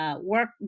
work